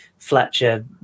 Fletcher